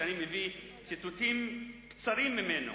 שאני מביא ציטוטים קצרים ממנו,